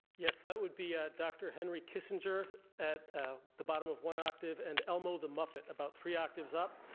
yes, that would be ah dr. henry kissinger at ah the bottom of one octave and elmo the muppet about three octaves up.